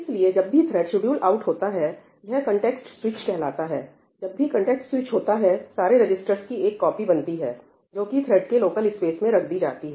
इसलिए जब भी थ्रेड शेड्यूल्ड आउट होता है यह कन्टेक्स्ट स्विच कहलाता है जब भी कन्टेक्स्ट स्विच होता है सारे रजिस्टर्स की एक कॉपी बनती है जोकि थ्रेड के लोकल स्पेस में रख दी जाती है